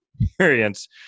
experience